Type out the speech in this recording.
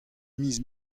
miz